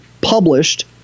published